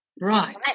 Right